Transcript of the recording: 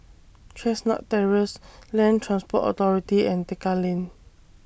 Chestnut Terrace Land Transport Authority and Tekka Lane